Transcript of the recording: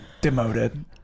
demoted